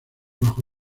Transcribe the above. bajo